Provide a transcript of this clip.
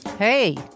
Hey